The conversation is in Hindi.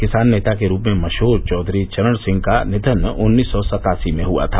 किसान नेता के रूप में मशहूर चौधरी चरण सिंह का निधन उन्नीस सौ सत्तासी में हुआ था